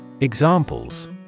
Examples